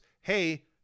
hey